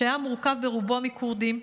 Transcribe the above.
שהיה מורכב ברובו מכורדים.